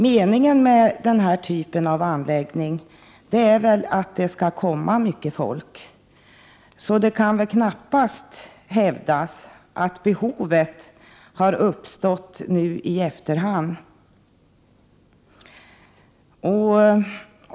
Meningen med anläggningar av den här typen är väl att det skall komma mycket folk, så det kan knappast hävdas att behovet har uppstått nu i efterhand.